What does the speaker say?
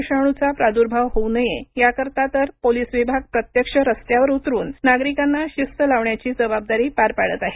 corona विषाणूचा प्रादुर्भाव होऊ नये याकरीता तर पोलिस विभाग प्रत्यक्ष रस्त्यावर उतरून नागरिकांना शिस्त लावण्याची जबाबदारी पार पाडत आहे